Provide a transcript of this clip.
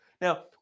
Now